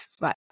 right